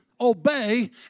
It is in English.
obey